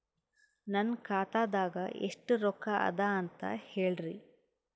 ನನ್ನ ಖಾತಾದಾಗ ಎಷ್ಟ ರೊಕ್ಕ ಅದ ಅಂತ ಹೇಳರಿ?